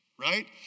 right